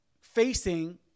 facing